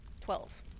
Twelve